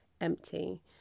empty